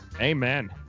Amen